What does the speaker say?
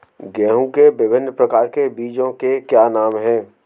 गेहूँ के विभिन्न प्रकार के बीजों के क्या नाम हैं?